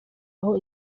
aho